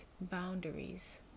boundaries